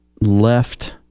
left